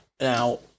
Now